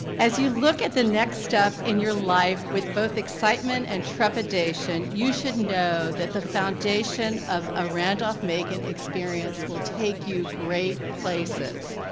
as you look at the next step in your life with both excitement and trepidation, you should know that the foundation of a randolph-macon experience will take you great places.